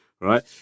right